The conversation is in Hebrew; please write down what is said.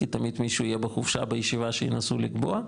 כי תמיד מישהו יהיה בחופשה בישיבה שינסו לקבוע,